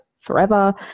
forever